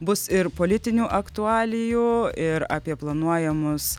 bus ir politinių aktualijų ir apie planuojamus